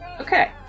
Okay